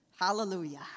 Hallelujah